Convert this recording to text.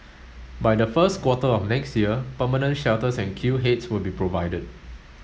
by the first quarter of next year permanent shelters and queue heads will be provided